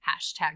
hashtag